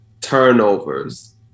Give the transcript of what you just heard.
turnovers